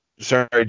Sorry